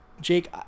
Jake